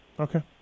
Okay